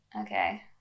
Okay